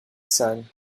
son